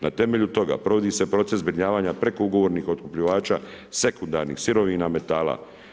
Na temelju toga, provodi se proces zbrinjavanja preko ugovornih otkupljivača sekundarnih sirovina metala.